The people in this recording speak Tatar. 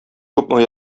күпме